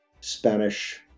Spanish